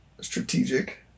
strategic